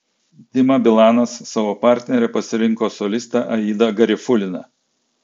dima bilanas savo partnere pasirinko solistę aidą garifuliną